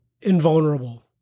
invulnerable